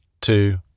two